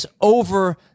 over